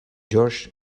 george